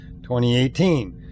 2018